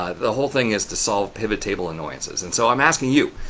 um the whole thing is to solve pivot table annoyances and so i'm asking you,